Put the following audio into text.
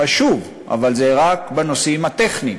חשוב, אבל זה רק הנושאים הטכניים: